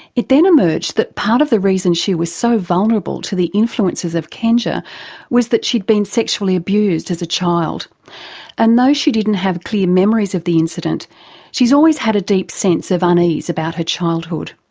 it then emerged that part of the reason she was so vulnerable to the influences of kenja was that she'd been sexually abused as a child and though she didn't have clear memories of the incident she's always had a deep sense of unease about her childhood.